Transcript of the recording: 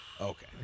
Okay